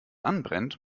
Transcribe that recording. anbrennt